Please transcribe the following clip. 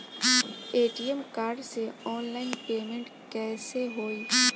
ATM card से online payment कैसे होई?